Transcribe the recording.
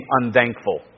unthankful